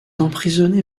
emprisonné